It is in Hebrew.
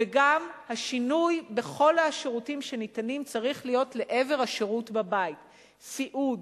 וגם השינוי בכל השירותים שניתנים צריך להיות לעבר השירות בבית: סיעוד,